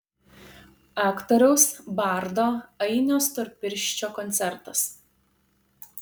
aktoriaus bardo ainio storpirščio koncertas